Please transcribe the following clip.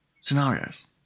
scenarios